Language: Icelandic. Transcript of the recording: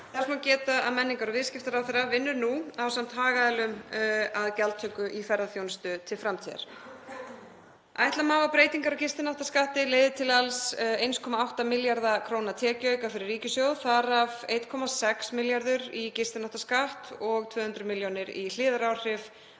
Þess má geta að menningar- og viðskiptaráðherra vinnur nú, ásamt hagaðilum að gjaldtöku í ferðaþjónustu til framtíðar. Ætla má að breytingar á gistináttaskatti leiði til alls 1,8 milljarða kr. tekjuauka fyrir ríkissjóð, þar af 1,6 milljarðar kr. í gistináttaskatt og 0,2 milljarðar kr. í hliðaráhrif